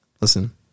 Listen